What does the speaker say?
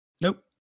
Nope